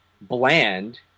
bland